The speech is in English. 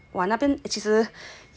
那边其实